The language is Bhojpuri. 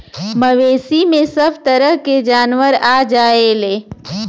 मवेसी में सभ तरह के जानवर आ जायेले